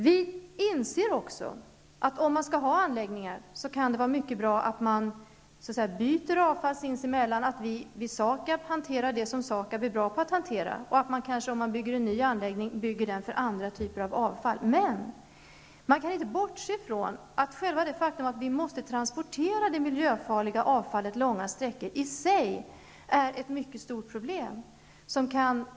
Vi inser också att om man skall ha anläggningar, kan det vara mycket bra att de så att säga sinsemellan kan byta avfall, dvs. att SAKAB hanterar det som man är bra på att hantera och att en eventuell ny anläggning hanterar andra typer av avfall. Man kan dock inte bortse ifrån att det miljöfarliga avfallet måste transporteras långa sträckor, och det kan utgöra ett mycket stort problem.